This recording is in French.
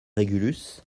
régulus